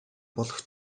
болох